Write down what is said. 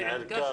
זו ערכה.